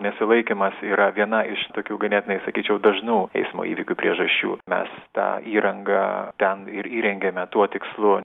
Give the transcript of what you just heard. nesilaikymas yra viena iš tokių ganėtinai sakyčiau dažnų eismo įvykių priežasčių mes tą įrangą ten ir įrengėme tuo tikslu